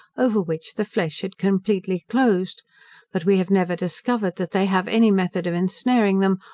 over which the flesh had completely closed but we have never discovered that they have any method of ensnaring them,